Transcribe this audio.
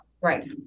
Right